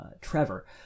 Trevor